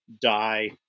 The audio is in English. die